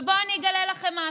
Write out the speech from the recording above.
בואו אגלה לכם משהו: